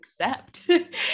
accept